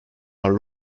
are